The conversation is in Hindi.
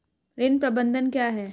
ऋण प्रबंधन क्या है?